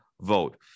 vote